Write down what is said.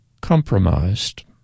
compromised